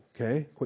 Okay